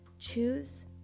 Choose